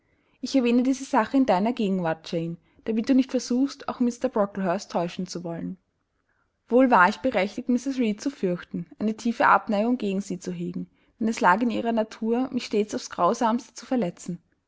ich erwähne dieser sache in deiner gegenwart jane damit du nicht versuchst auch mr brocklehurst täuschen zu wollen wohl war ich berechtigt mrs reed zu fürchten eine tiefe abneigung gegen sie zu hegen denn es lag in ihrer natur mich stets aufs grausamste zu verletzen